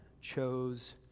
chose